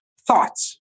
thoughts